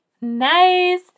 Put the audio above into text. Nice